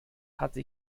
hatte